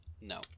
No